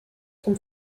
zum